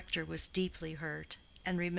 the rector was deeply hurt,